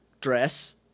dress